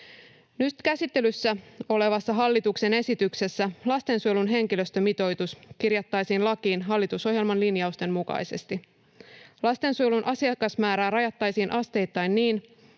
Nyt käsittelyssä olevassa hallituksen esityksessä lastensuojelun henkilöstömitoitus kirjattaisiin lakiin hallitusohjelman linjausten mukaisesti. Lastensuojelun asiakasmäärää rajattaisiin asteittain niin,